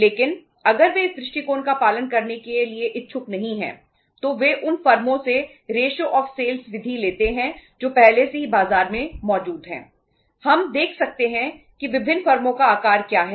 लेकिन अगर वे इस दृष्टिकोण का पालन करने के लिए इच्छुक नहीं हैं तो वे उन फर्मों से रेशों ऑफ सेल्स है